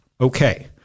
Okay